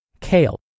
kale